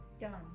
Done